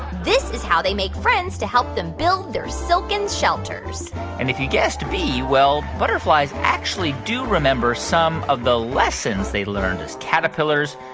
this is how they make friends to help them build their silken shelters and if you guessed b, well, butterflies actually do remember some of the lessons they learned as caterpillars,